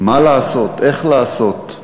מה לעשות, איך לעשות.